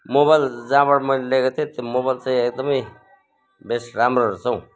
mobile जहाँबाट मैले लिएको थिएँ त्यो मोबाइल चाहिँ एकदमै बेस्ट राम्रो रहेछ हौ